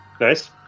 Nice